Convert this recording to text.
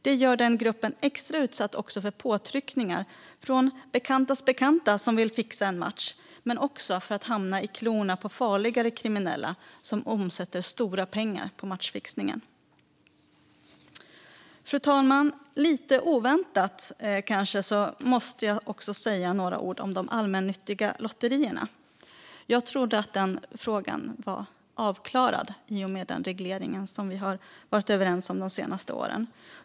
Det gör gruppen extra utsatt för påtryckningar från bekantas bekanta som vill fixa en match men också för att hamna i klorna på farligare kriminella som omsätter stora pengar på matchfixningen. Fru talman! Kanske lite oväntat måste jag också säga några ord om de allmännyttiga lotterierna. Jag trodde att den frågan var avklarad i och med den reglering vi har varit överens om de senaste åren.